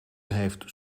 heeft